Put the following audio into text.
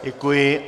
Děkuji.